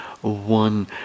one